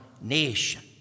Nation